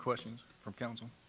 questions from council?